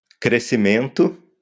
Crescimento